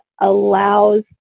allows